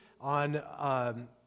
on